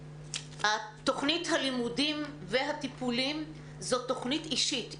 תוכנית הלימודים והטיפולים לילדים החולים היא תוכנית אישית.